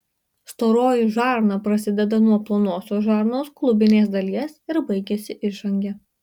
storoji žarna prasideda nuo plonosios žarnos klubinės dalies ir baigiasi išange